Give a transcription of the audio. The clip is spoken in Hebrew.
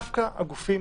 דווקא הם,